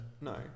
No